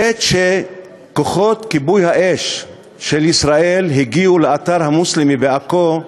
בעת שכוחות כיבוי האש של ישראל הגיעו לאתר המוסלמי בעכו,